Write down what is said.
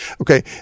Okay